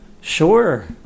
Sure